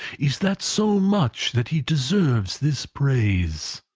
is that so much that he deserves this praise?